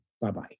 Bye-bye